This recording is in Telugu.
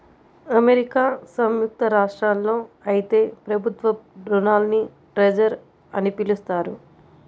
అమెరికా సంయుక్త రాష్ట్రాల్లో అయితే ప్రభుత్వ రుణాల్ని ట్రెజర్ అని పిలుస్తారు